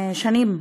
שנים ארוכות,